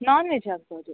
ನಾನ್ veg ಆಗ್ಬೋದು